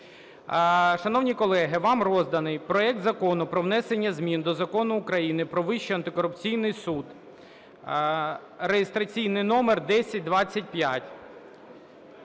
Шановні колеги, вам розданий проект Закону про внесення змін до Закону України "Про Вищий антикорупційний суд" (реєстраційний номер 1025).